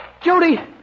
Judy